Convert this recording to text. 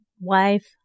wife